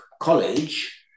college